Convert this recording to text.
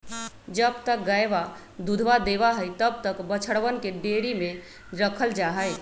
जब तक गयवा दूधवा देवा हई तब तक बछड़वन के डेयरी में रखल जाहई